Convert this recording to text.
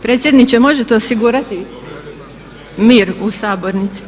Predsjedniče možete osigurati mir u sabornici?